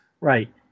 right